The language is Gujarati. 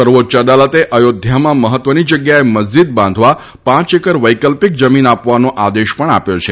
સર્વોચ્ય અદાલતે અયોધ્યામાં મહત્વની જગ્યાએ મસ્જિદ બાંધવા પાંચ એકર વૈકલ્પિક જમીન આપવાનો આદેશ પણ આપ્યો છે